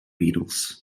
beetles